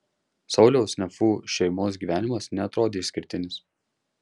sauliaus nefų šeimos gyvenimas neatrodė išskirtinis